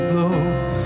Blow